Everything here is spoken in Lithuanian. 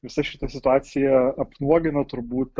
visa šita situacija apnuogino turbūt